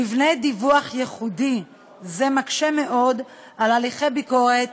מבנה דיווח ייחודי זה מקשה מאוד את הליכי ביקורת